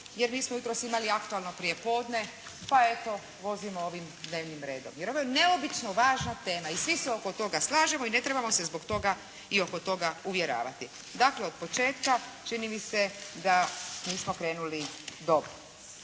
jer nismo jutros imali aktualno prijepodne, pa eto vozimo ovim dnevnim redom jer ovo je neobično važna tema i svi se oko toga slažemo i ne trebamo se zbog toga i oko toga uvjeravati. Dakle, od početka čini mi se da nismo krenuli dobro.